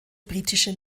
britische